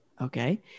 Okay